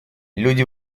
люди